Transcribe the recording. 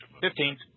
Fifteen